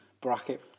bracket